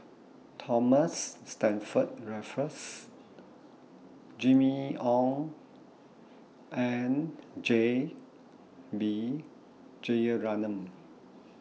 Thomas Stamford Raffles Jimmy Ong and J B Jeyaretnam